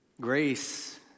Grace